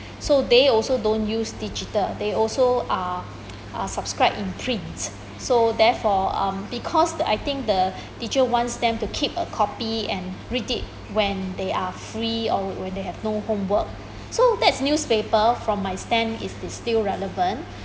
so they also don't use digital they also uh uh subscribed in prints so therefore um because I think the teacher wants them to keep a copy and read it when they are free or when they have no homework so that's newspaper from my stand it is still relevant